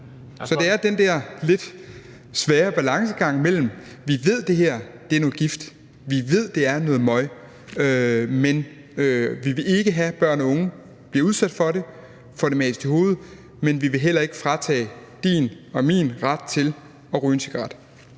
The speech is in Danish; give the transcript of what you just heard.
Så det er den der lidt svære balancegang mellem, at vi ved, det her er noget gift, at vi ved, det er noget møg, og at vi ikke vil have, at børn og unge bliver udsat for det, får det mast i hovedet, men at vi heller ikke vil fratage din og min ret til at ryge en cigaret.